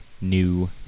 new